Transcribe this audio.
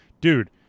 Dude